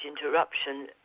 interruption